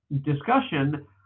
discussion